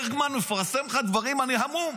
ברגמן מפרסם לך דברים, אני המום.